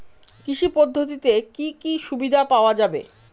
কৃষি পদ্ধতিতে কি কি সুবিধা পাওয়া যাবে?